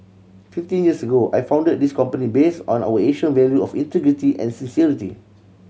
fifteen years ago I founded this company based on our Asian value of integrity and sincerity